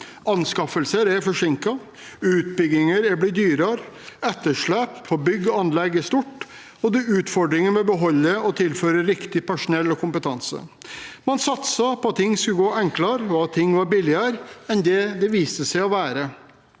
Anskaffelser er forsinket, utbygginger er blitt dyrere, etterslep på bygg og anlegg er stort, og det er utfordringer med å beholde og tilføre riktig personell og kompetanse. Man satset på at ting skulle gå enklere og at ting var billigere enn det de viste seg å være.